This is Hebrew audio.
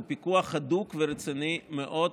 הוא פיקוח הדוק ורציני מאוד,